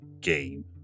game